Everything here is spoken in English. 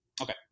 Okay